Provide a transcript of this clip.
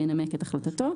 וינמק את החלטתו.